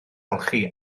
olchi